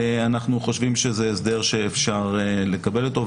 אנחנו חושבים שזה הסדר שאפשר לקבל אותו,